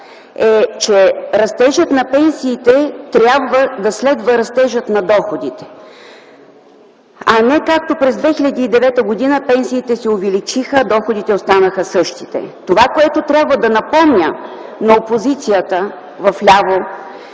е, че растежът на пенсиите трябва да следва растежа на доходите, а не както през 2009 г. пенсиите се увеличиха, а доходите останаха същите. Това, което трябва да напомня на опозицията вляво,